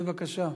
בבקשה.